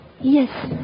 Yes